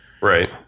Right